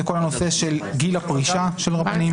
זה כל הנושא של גיל הפרישה של רבנים,